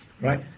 right